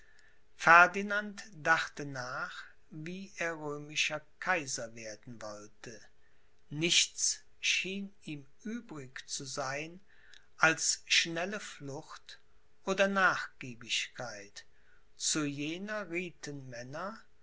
ferdinand dachte nach wie er römischer kaiser werden wollte nichts schien ihm übrig zu sein als schnelle flucht oder nachgiebigkeit zu jener